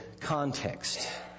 context